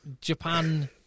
Japan